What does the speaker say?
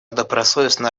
добросовестно